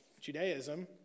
Judaism